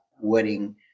wedding